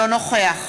נגד